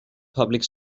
public